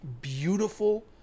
beautiful